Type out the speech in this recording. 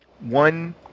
one